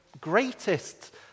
greatest